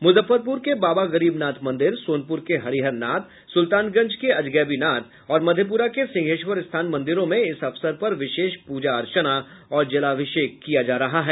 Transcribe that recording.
मुजफ्फरपुर के बाबा गरीबनाथ मंदिर सोनपुर के हरिहरनाथ सुल्तानगंज के अजगैबीनाथ और मधेपुरा के सिंहेश्वर स्थान मंदिरों में इस अवसर पर विशेष प्रजा अर्चना और जलाभिषेक किया जा रहा है